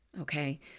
Okay